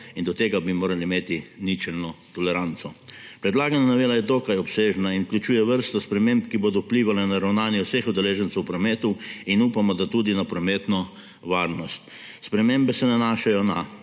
in do tega bi morali imeti ničelno toleranco. Predlagana novela je dokaj obsežna in vključuje vrsto sprememb, ki bodo vplivale na ravnanje vseh udeležencev v prometu in, upamo, tudi na prometno varnost. Spremembe se nanašajo na: